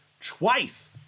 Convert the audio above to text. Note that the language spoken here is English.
twice